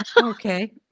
okay